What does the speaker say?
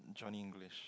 Johnny-English